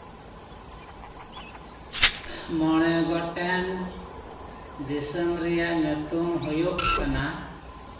ᱢᱚᱬᱮ ᱜᱚᱴᱮᱱ ᱫᱤᱥᱚᱢ ᱨᱮᱭᱟᱜ ᱧᱩᱛᱩᱢ ᱦᱩᱭᱩᱜ ᱠᱟᱱᱟ